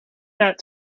that